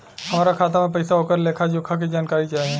हमार खाता में पैसा ओकर लेखा जोखा के जानकारी चाही?